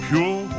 Pure